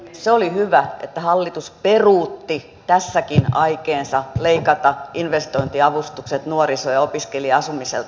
se oli hyvä että hallitus peruutti tässäkin aikeensa leikata investointiavustukset nuoriso ja opiskelija asumiselta